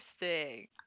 Interesting